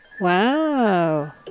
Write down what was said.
Wow